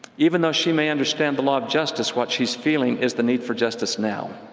even though she may understand the law of justice, what she is feeling is the need for justice now.